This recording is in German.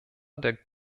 der